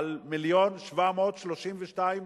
על 1.732 מיליון